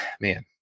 man